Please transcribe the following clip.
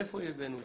מאיפה הבאנו את זה?